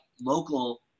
local